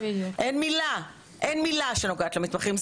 אין מילה שנוגעת למתמחים.